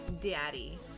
daddy